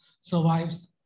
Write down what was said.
survives